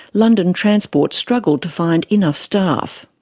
london transport struggled to find enough staff.